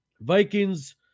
vikings